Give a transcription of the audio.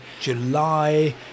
july